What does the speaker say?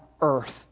earth